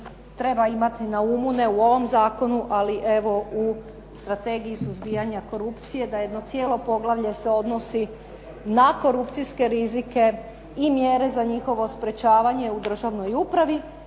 treba imati na umu, ne u ovom zakonu, ali evo u Strategiji suzbijanja korupcije, da jedno cijelo poglavlje se odnosi na korupcijske rizike i mjere za njihovo sprečavanje u državnoj upravi,